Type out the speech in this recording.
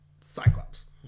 Cyclops